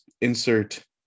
insert